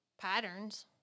patterns